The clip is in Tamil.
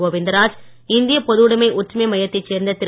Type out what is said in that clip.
கோவிந்தராஜ் இந்திய பொதுவுடமை ஒற்றுமை மையத்தைச் சேர்ந்த திரு